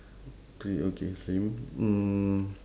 three okay same mm